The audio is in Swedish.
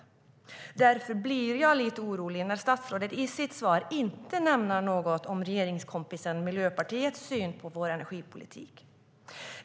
Därför blir jag lite orolig när statsrådet i sitt svar inte nämner något om regeringskompisen Miljöpartiets syn på energipolitiken.